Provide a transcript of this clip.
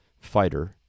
fighter